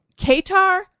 Qatar